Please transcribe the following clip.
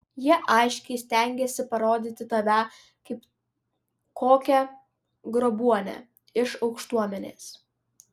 jie aiškiai stengiasi parodyti tave kaip kokią grobuonę iš aukštuomenės